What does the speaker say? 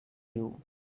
you